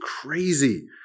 crazy